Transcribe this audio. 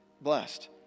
blessed